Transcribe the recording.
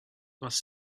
must